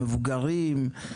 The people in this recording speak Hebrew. המבוגרים,